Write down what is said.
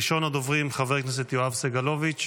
ראשון הדוברים, חבר הכנסת יואב סגלוביץ'.